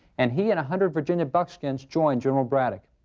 and he and a hundred virginia buckskins joined general braddock.